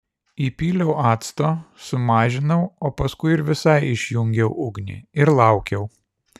įpyliau acto sumažinau o paskui ir visai išjungiau ugnį ir laukiau